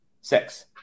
six